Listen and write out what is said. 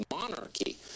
monarchy